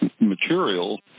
material